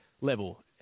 level